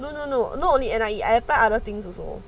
no no no not only N_I_E I apply other things also